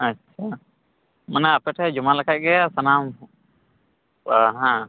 ᱟᱪᱪᱷᱟ ᱢᱟᱱᱮ ᱟᱯᱮ ᱴᱷᱮᱱ ᱡᱚᱢᱟ ᱞᱮᱠᱷᱟᱱ ᱜᱮ ᱥᱟᱱᱟᱢ ᱦᱮᱸ